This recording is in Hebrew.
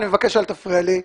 אני מבקש שלא תפריע לי.